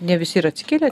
ne visi ir atsikelia